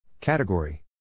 Category